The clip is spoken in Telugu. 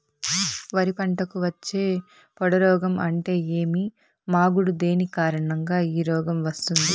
వరి పంటకు వచ్చే పొడ రోగం అంటే ఏమి? మాగుడు దేని కారణంగా ఈ రోగం వస్తుంది?